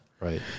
Right